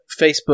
Facebook